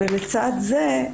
ולצד זה,